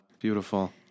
Beautiful